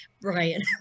brian